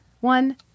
one